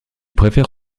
préfère